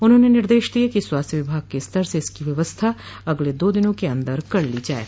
उन्होंने निर्देश दिये कि स्वास्थ्य विभाग के स्तर से इसकी व्यवस्था अगले दो दिनों के अंदर कर ली जाये